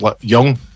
young